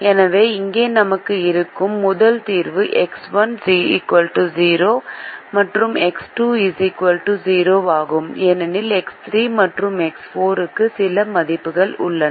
எனவே இங்கே நமக்கு இருக்கும் முதல் தீர்வு எக்ஸ் 1 0 மற்றும் எக்ஸ் 2 0 ஆகும் ஏனெனில் எக்ஸ் 3 மற்றும் எக்ஸ் 4 க்கு சில மதிப்புகள் உள்ளன